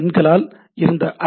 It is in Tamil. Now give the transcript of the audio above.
எண்களால் இருந்த ஐ